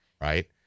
Right